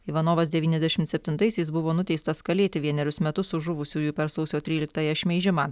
ivanovas devyniasdešimt septintaisiais buvo nuteistas kalėti vienerius metus už žuvusiųjų per sausio tryliktąją šmeižimą